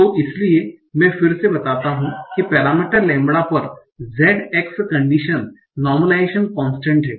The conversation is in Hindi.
तो इसलिए मैं फिर से बताता हु कि पैरामीटर लैम्ब्डा पर z x condition normalisation constant हैं